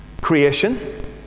Creation